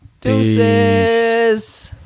Deuces